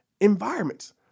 environments